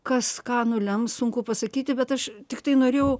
kas ką nulems sunku pasakyti bet aš tiktai norėjau